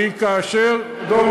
דב,